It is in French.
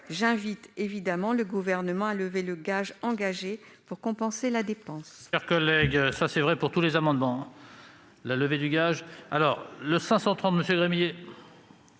J'invite le Gouvernement à lever le gage engagé pour compenser la dépense.